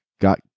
got